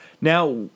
Now